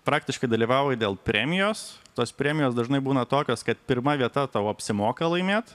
praktiškai dalyvavauji dėl premijos tos premijos dažnai būna tokios kad pirma vieta tau apsimoka laimėt